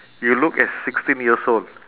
you look as sixteen years old